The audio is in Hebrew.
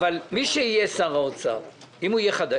אם יהיה שר אוצר חדש,